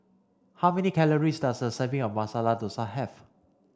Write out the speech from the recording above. how many calories does a serving of Masala Dosa have